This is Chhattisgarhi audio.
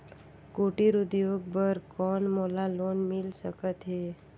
कुटीर उद्योग बर कौन मोला लोन मिल सकत हे?